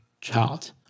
child